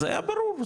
זה היה ברור,